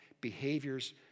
Behaviors